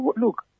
Look